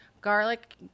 garlic